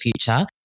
future